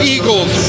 Eagles